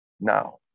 Now